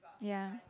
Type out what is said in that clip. ya